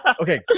Okay